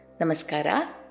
Namaskara